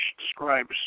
describes